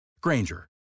Granger